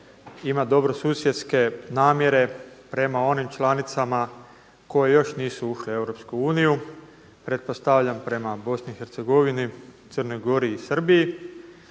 ima dobrosusjedske namjere prema onim članicama koje još nisu ušle u EU, pretpostavljam prema BiH, Crnoj Gori i Srbiji.